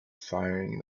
firing